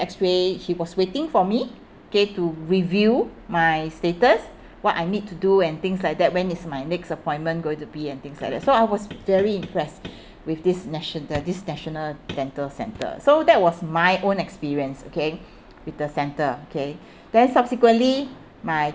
X-ray he was waiting for me okay to review my status what I need to do and things like that when is my next appointment going to be and things like that so I was very impressed with this national this national dental centre so that was my own experience okay with the centre okay then subsequently my